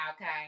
Okay